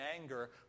anger